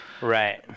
Right